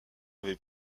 avait